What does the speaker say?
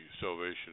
salvation